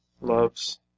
loves